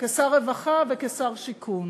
כשר רווחה וכשר שיכון.